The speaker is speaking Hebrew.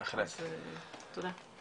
תודה.